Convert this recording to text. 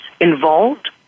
involved